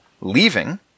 leaving